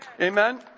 Amen